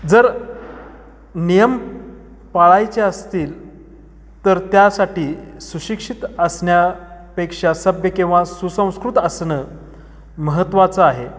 जर नियम पाळायचे असतील तर त्यासाठी सुशिक्षित असण्यापेक्षा सभ्य किंवा सुसंस्कृत असणं महत्वाचं आहे